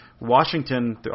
Washington